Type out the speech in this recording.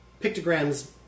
pictograms